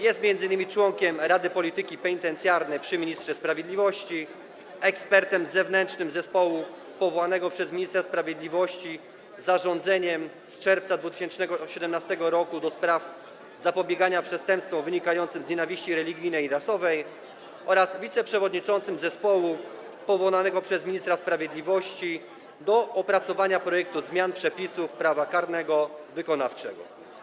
Jest m.in. członkiem Rady Polityki Penitencjarnej przy ministrze sprawiedliwości, ekspertem zewnętrznym zespołu powołanego przez ministra sprawiedliwości zarządzeniem z czerwca 2017 r. do spraw zapobiegania przestępstwom wynikającym z nienawiści religijnej i rasowej oraz wiceprzewodniczącym zespołu powołanego przez ministra sprawiedliwości do opracowania projektu zmian przepisów prawa karnego wykonawczego.